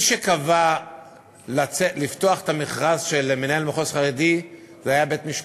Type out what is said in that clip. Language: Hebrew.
מי שקבע שיש לפתוח את המכרז של מנהל המחוז החרדי היה בית-המשפט.